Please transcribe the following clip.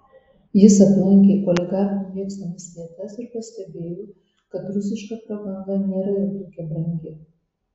jis aplankė oligarchų mėgstamas vietas ir pastebėjo kad rusiška prabanga nėra jau tokia brangi